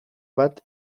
bat